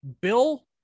Bill